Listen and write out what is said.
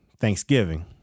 Thanksgiving